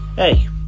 Hey